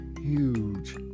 huge